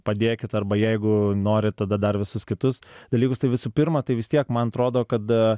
padėkit arba jeigu norit tada dar visus kitus dalykus tai visų pirma tai vis tiek man atrodo kad